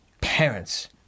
parents